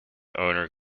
owner